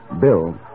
Bill